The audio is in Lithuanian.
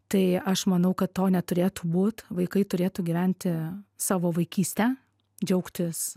tai aš manau kad to neturėtų būt vaikai turėtų gyventi savo vaikystę džiaugtis